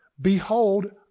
Behold